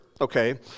okay